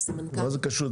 מה זה קשור?